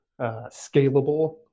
scalable